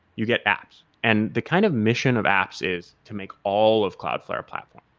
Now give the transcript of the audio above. you get apps, and the kind of mission of apps is to make all of cloudflare platform.